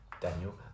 Daniel